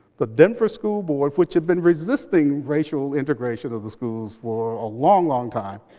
the denver school board, which had been resisting racial integration of the schools for a long, long time,